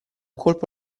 colpo